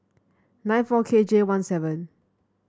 nine four K J one seven